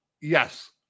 yes